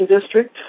District